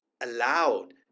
allowed